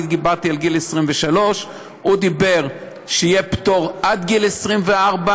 אני דיברתי על גיל 23. הוא דיבר שיהיה פטור עד גיל 24,